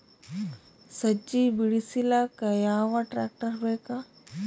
ಸಜ್ಜಿ ಬಿಡಿಸಿಲಕ ಯಾವ ಟ್ರಾಕ್ಟರ್ ಬೇಕ?